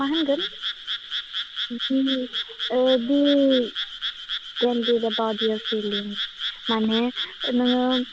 मा होनगोन बिदि बे माने नोङो